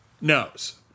knows